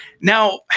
Now